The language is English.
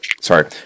Sorry